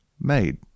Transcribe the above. made